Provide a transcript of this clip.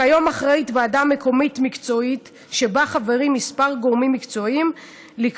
כיום ועדה מקומית מקצועית שבה חברים כמה גורמים מקצועיים אחראית